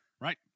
Right